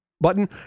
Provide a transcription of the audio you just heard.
button